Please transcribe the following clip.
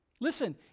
Listen